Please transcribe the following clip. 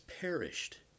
perished